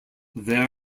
there